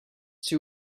two